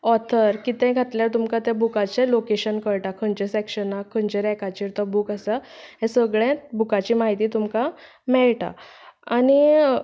author कितेंय घातल्यार ते बुकाचें लोकेशन कळटा खंयच्या सॅक्शनाक खंयच्या रॅकाचेर तो बूक आसा हें सगळें बुकाची म्हायती तुमकां मेळटा